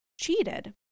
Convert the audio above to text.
cheated